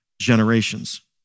Generations